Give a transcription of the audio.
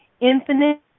Infinite